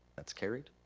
that's carried.